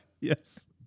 Yes